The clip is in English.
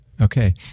Okay